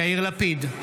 יאיר לפיד,